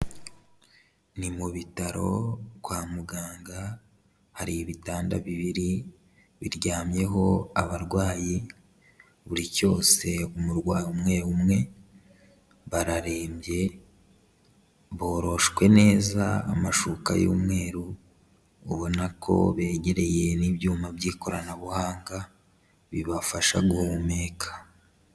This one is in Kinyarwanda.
Ni mu bitaro kwa muganga, hari ibitanda bibiri biryamyeho abarwayi, buri cyose umurwayi umwe umwe, bararembye, boroshwe neza amashuka y'umweru, ubona ko begereye n'ibyuma by'ikoranabuhanga bibafasha guhumeka.